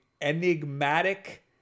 enigmatic